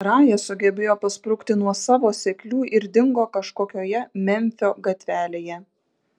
raja sugebėjo pasprukti nuo savo seklių ir dingo kažkokioje memfio gatvelėje